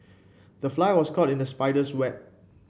the fly was caught in the spider's web